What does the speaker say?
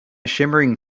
shimmering